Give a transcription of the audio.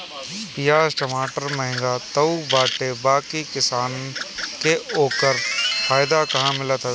पियाज टमाटर महंग तअ बाटे बाकी किसानन के ओकर फायदा कहां मिलत हवे